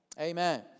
Amen